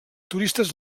turistes